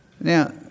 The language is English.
Now